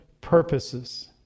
purposes